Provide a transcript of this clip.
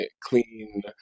clean